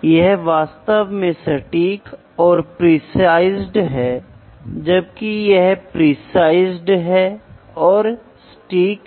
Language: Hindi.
तो यह दूसरा चरण है आप इन दो अन्य बुनियादी कार्यों के बारे में बात